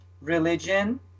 religion